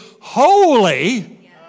holy